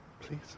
please